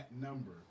number